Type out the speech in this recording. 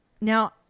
Now